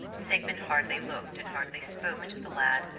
sigmund hardly looked and hardly spoke to the lad.